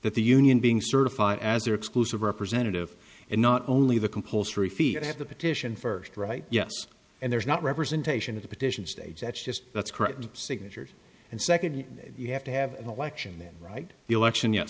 that the union being certified as their exclusive representative and not only the compulsory fee at the petition first right yes and there's not representation of the petition states that's just that's correct signatures and second you have to have the election that right the election ye